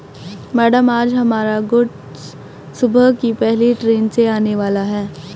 madam आज हमारा goods सुबह की पहली ट्रैन से आने वाला है